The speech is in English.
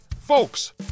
Folks